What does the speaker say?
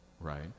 right